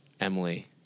Emily